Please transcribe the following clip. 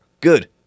good